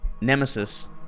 Nemesis